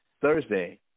Thursday